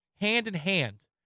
hand-in-hand